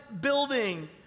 building